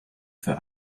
für